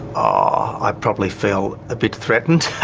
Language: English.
awww. i'd probably feel a bit threatened,